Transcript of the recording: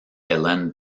ellen